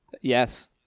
Yes